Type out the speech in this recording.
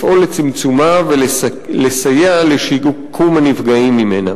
לפעול לצמצומה ולסייע לשיקום הנפגעים ממנה.